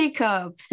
Jacob